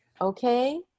Okay